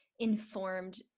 informed